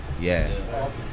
Yes